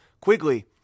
Quigley